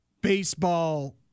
baseball